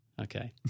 Okay